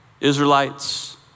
Israelites